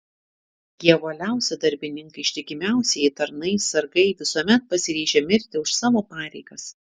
jie uoliausi darbininkai ištikimiausieji tarnai sargai visuomet pasiryžę mirti už savo pareigas